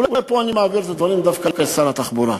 אולי פה אני מעביר את הדברים דווקא לשר התחבורה.